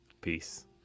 Peace